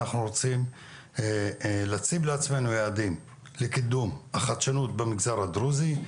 אנחנו רוצים להציב לעצמנו יעדים לקידום החדשנות במגזר הדרוזי,